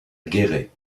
guéret